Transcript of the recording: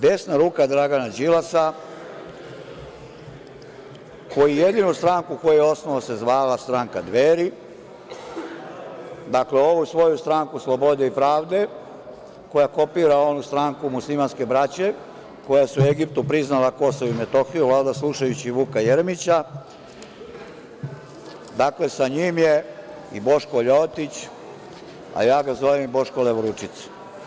Desna ruka Dragana Đilasa, koji jedinu stranku koju je osnovao, zvala se stranka Dveri, dakle ovu svoju stranku slobode i pravde, koja kopira onu stranku muslimanske braće, koja su u Egiptu priznala KiM, valjda slušajući Vuka Jeremića, sa njim je i Boško Ljotić, a ja ga zovem i Boško levoručica.